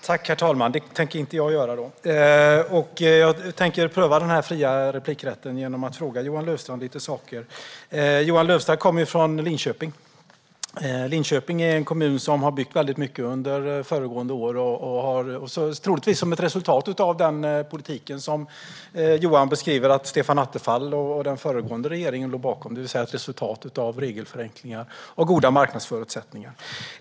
Herr talman! Jag tänker pröva den fria replikrätten och fråga Johan Löfstrand om några saker. Johan Löfstrand kommer från Linköping. Det är en kommun som byggde väldigt mycket föregående år, troligtvis som ett resultat av den politik som Johan beskriver att Stefan Attefall och den föregående regeringen låg bakom. Det är alltså resultatet av regelförenklingar och goda marknadsförutsättningar.